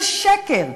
זה שקר.